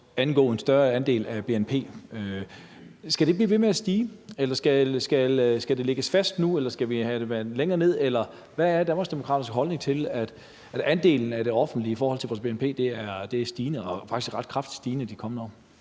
udgøre en større andel af bnp. Skal det blive ved med at stige? Eller skal det lægges fast nu? Eller skal vi have det længere ned? Hvad er Danmarksdemokraternes holdning til, at de offentlige udgifters andel af bnp er stigende og faktisk ret kraftigt stigende i de kommende år?